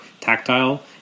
tactile